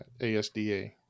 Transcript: ASDA